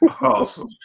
Awesome